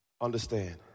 Understand